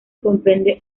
comprende